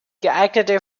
geeignete